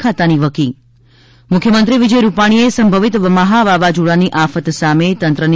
ખાતાની વકી મુખ્યમંત્રી વિજય રૂપાણીએ સંભવિત મહાવાવાઝોડાની આફત સામે તંત્રની